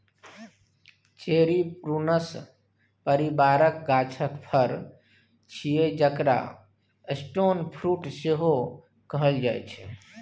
cherry prunus परिबारक गाछक फर छियै जकरा स्टोन फ्रुट सेहो कहल जाइ छै